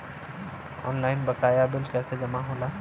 Online बकाया bill कैसे जमा होला?